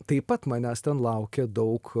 taip pat manęs ten laukia daug